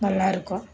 நல்லாருக்கும்